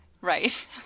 Right